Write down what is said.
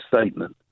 statement